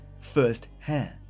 firsthand